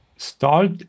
start